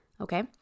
okay